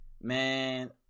Man